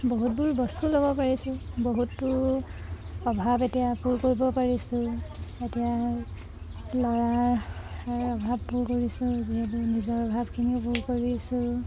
বহুতবোৰ বস্তু ল'ব পাৰিছোঁ বহুতো অভাৱ এতিয়া পূৰ কৰিব পাৰিছোঁ এতিয়া ল'ৰাৰ অভাৱ পূৰ কৰিছোঁ যিহেতু নিজৰ অভাৱখিনিও পূৰ কৰিছোঁ